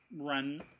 run